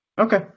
okay